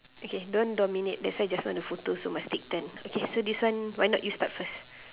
okay don't dominate that's why just now the photos so must take turns okay this one why not you start first